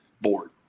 board